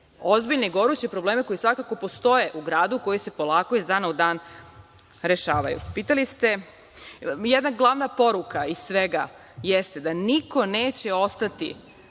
ozbiljne i goruće probleme koji svakako postoje u gradu, a koji se polako iz dana u dan rešavaju. Jedna glavna poruka iz svega jeste da niko neće ostati